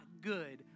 good